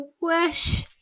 wish